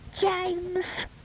James